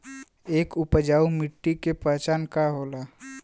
एक उपजाऊ मिट्टी के पहचान का होला?